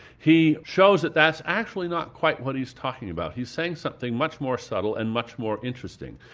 he shows that that's actually not quite what he is talking about. he's saying something much more subtle and much more interesting.